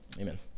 amen